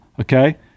Okay